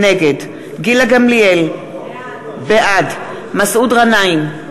נגד גילה גמליאל, בעד מסעוד גנאים,